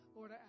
Lord